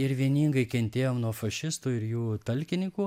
ir vieningai kentėjom nuo fašistų ir jų talkinikų